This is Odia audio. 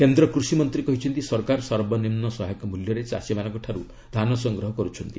କେନ୍ଦ୍ର କୃଷିମନ୍ତ୍ରୀ କହିଛନ୍ତି ସରକାର ସର୍ବନିମ୍ନ ସହାୟକ ମୂଲ୍ୟରେ ଚାଷୀମାନଙ୍କଠାରୁ ଧାନ ସଂଗ୍ରହ କର୍ରଛନ୍ତି